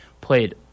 played